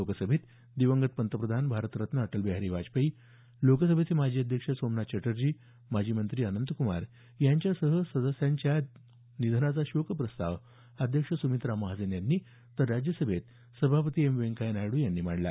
लोकसभेत दिवंगत पंतप्रधान भारतरत्न अटल बिहारी वाजपेयी लोकसभेचे माजी अध्यक्ष सोमनाथ चटर्जी माजी मंत्री अनंतक्मार यांच्यासह सदस्यांच्या निधनाचा शोकप्रस्ताव अध्यक्ष सुमित्रा महाजन यांनी तर राज्यसभेत सभापती एम व्यंकय्या नायडू यांनी मांडला